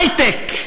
היי-טק.